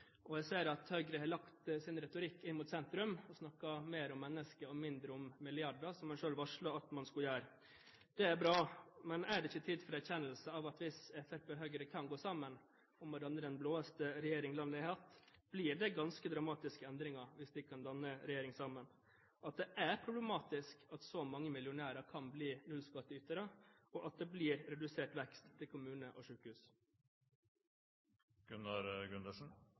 tror jeg Gunnar Gundersen også er. Jeg ser at Høyre har lagt sin retorikk inn mot sentrum og snakker mer om mennesker og mindre om milliarder, som de selv varslet at de skulle gjøre. Det er bra. Men er det ikke tid for erkjennelse av at hvis Fremskrittspartiet og Høyre kan gå sammen om å danne den blåeste regjering landet har hatt, blir det ganske dramatiske endringer, at det er problematisk at så mange millionærer kan bli nullskatteytere, og at det blir redusert vekst i kommuner og